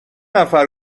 نفر